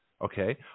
Okay